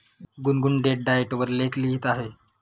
गुनगुन date diet वर लेख लिहित आहे